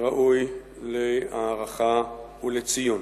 הוא ראוי להערכה ולציון.